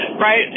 Right